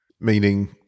Meaning